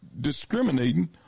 discriminating